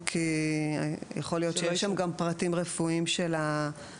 כי יכול להיות שיש גם פרטים רפואיים של הנער.